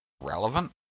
relevant